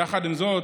יחד עם זאת,